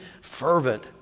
fervent